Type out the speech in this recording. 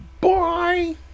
Bye